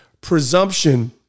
presumption